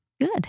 Good